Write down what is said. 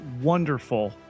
wonderful